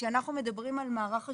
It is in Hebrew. כשאנחנו מדברים על מערך השירותים,